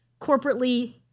corporately